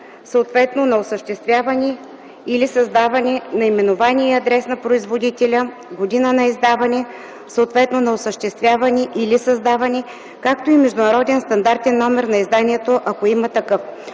съответно на осъществяване или създаване; наименование и адрес на производителя; година на издаване, съответно на осъществяване или създаване; както и международен стандартен номер на изданието, ако има такъв.